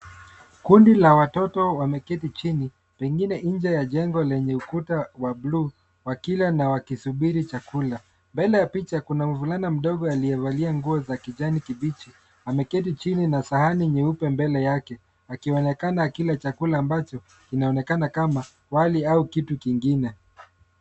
Kundi la watoto wameketi chini, pengine nje ya jengo lenye ukuta wa buluu wakila na wakisubiri chakula. Mbele ya picha kuna mvulana mdogo aliyevalia nguo za kijani kibichi, ameketi chini na sahani nyeupe mbele yake, akionekana akila chakula ambacho kinaonekana kama wali au kitu kingine.